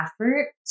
effort